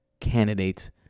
candidates